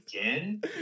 again